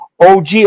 OG